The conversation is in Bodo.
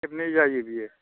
खेबनै जायो बियो